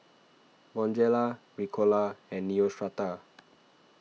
Bonjela Ricola and Neostrata